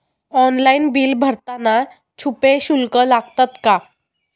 Online bill भरताना छुपे शुल्क लागतात का?